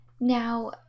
Now